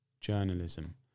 journalism